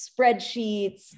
spreadsheets